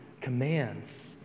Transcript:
commands